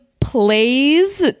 plays